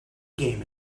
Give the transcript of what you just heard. game